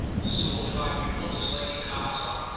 the sole tribunal is lady coxon?